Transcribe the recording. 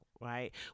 right